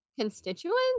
constituents